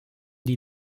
die